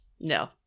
No